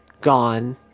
gone